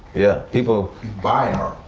yeah. people buy art.